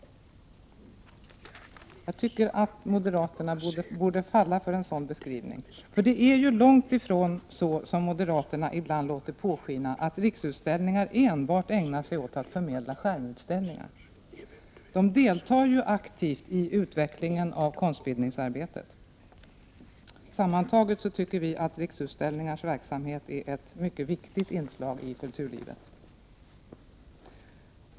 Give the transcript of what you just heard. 1988/89:103 Jag tycker att moderaterna borde falla för en sådan beskrivning. Det är ju 25 april 1989 långt ifrån så som moderaterna ibland låter påskina, att riksutställningar enbart ägnar sig åt att förmedla skärmutställningar. Riksutställningar deltar aktivt i utvecklingen av konstbildningsarbetet. Sammantaget tycker vi att Riksutställningars verksamhet är ett mycket viktigt inslag i kulturlivet.